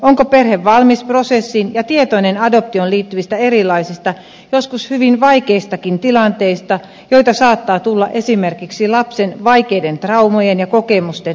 onko perhe valmis prosessiin ja tietoinen adoptioon liittyvistä erilaisista joskus hyvin vaikeistakin tilanteista joita saattaa tulla esimerkiksi lapsen vaikeiden traumojen ja kokemusten myötä